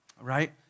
right